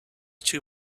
two